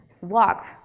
walk